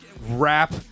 rap